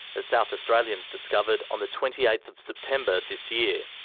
as south australians discovered on the twenty eighth of september this year.